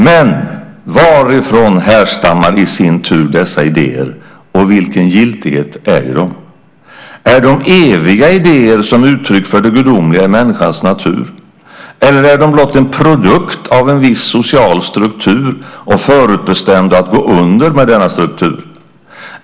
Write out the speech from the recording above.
"Men varifrån härstammar i sin tur dessa idéer och vilken 'giltighet' äger de? Är de eviga idéer som uttryck för det gudomliga i människans natur, eller är de blott en produkt av en viss social struktur och förutbestämda att gå under med denna struktur?